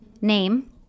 Name